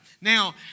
Now